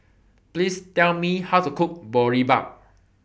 Please Tell Me How to Cook Boribap